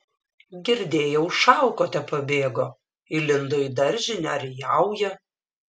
girdėjau šaukote pabėgo įlindo į daržinę ar į jaują